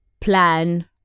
plan